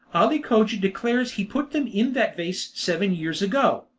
ali cogia declares he put them in that vase seven years ago.